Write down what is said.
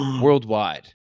Worldwide